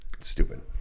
stupid